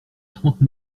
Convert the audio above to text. trente